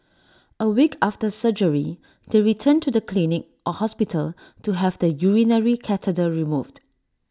A week after surgery they return to the clinic or hospital to have the urinary catheter removed